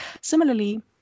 similarly